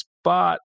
spot